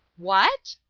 what?